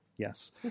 Yes